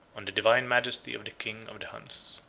on the divine majesty of the king of the huns.